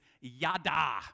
yada